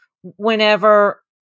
whenever